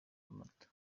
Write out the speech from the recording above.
amata